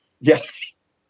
Yes